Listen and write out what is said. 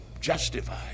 Justified